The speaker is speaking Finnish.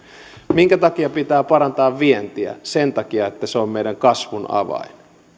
minkä takia pitää parantaa vientiä sen takia että se on meidän kasvun avain